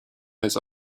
his